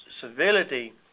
civility